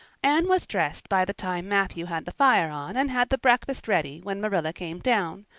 anne was dressed by the time matthew had the fire on and had the breakfast ready when marilla came down,